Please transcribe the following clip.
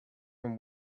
from